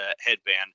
headband